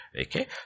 Okay